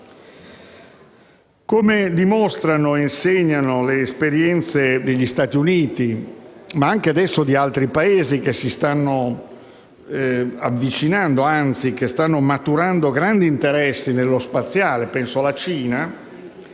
Come dimostrano e insegnano le esperienze degli Stati Uniti, ma ora anche di altri Paesi che si stanno avvicinando o stanno maturando grandi interessi nell'aerospaziale, come la Cina,